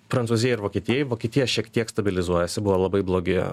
prancūziją ir vokietiją vokietija šiek tiek stabilizuojasi buvo labai blogi